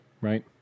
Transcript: right